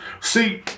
See